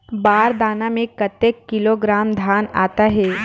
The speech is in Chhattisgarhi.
बार दाना में कतेक किलोग्राम धान आता हे?